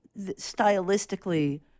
stylistically